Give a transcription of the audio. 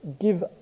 give